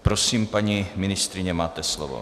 Prosím, paní ministryně, máte slovo.